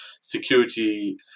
security